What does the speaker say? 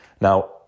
Now